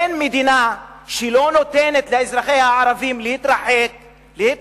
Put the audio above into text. שאין מדינה שלא נותנת לאזרחיה הערבים להתרחב,